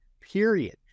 period